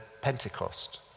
Pentecost